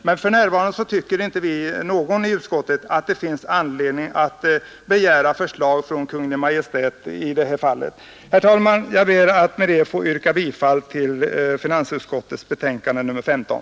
Men för närvarande tycker inte någon i utskottet att det finns anledning att begära förslag från Kungl. Maj:t i detta fall. Herr talman! Jag ber att med dessa ord få yrka bifall till finansutskottets hemställan i betänkandet nr 15.